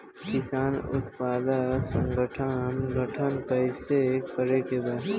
किसान उत्पादक संगठन गठन कैसे करके बा?